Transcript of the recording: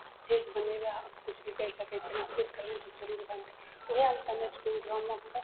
स्थिरसँ बनेबय किछु भी करि सकय छियै ने स्थिरसँ करबय ने तऽ जरूर बनतय उएहे हम समझि मे कऽ